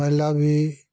महिला भी